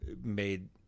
made